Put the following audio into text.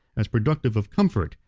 as productive of comfort,